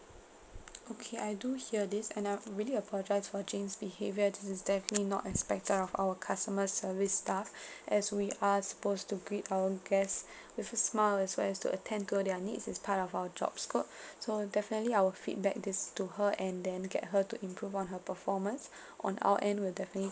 okay I do hear this and I really apologise for jane's behaviour this is definitely not expected of our customer service staff as we are supposed to greet our guests with a smile as well as to attend to their needs is part of our job scope so definitely I will feedback this to her and then get her to improve on her performance on our end we'll definitely